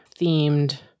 themed